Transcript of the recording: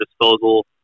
disposal